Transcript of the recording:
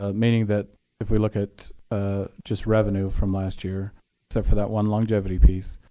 ah meaning that if we look at ah just revenue from last year except for that one longevity piece